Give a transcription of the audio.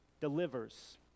delivers